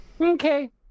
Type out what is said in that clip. Okay